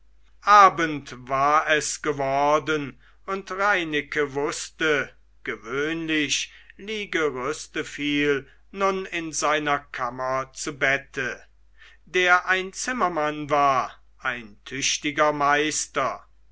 abend war es geworden und reineke wußte gewöhnlich liege rüsteviel nun in seiner kammer zu bette der ein zimmermann war ein tüchtiger meister